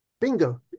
bingo